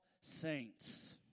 saints